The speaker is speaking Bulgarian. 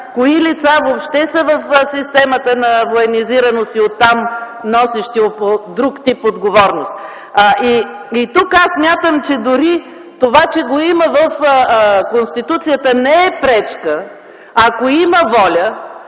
кои лица въобще са в системата на военизираност и оттам носещи друг тип отговорност. Тук аз смятам: дори това, че го има в Конституцията, не е пречка. Ако има воля